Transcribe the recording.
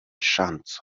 ŝanco